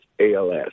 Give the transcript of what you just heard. ALS